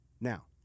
Now